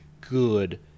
good